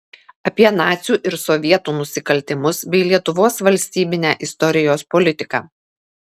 apie nacių ir sovietų nusikaltimus bei lietuvos valstybinę istorijos politiką